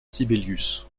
sibelius